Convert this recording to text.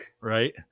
right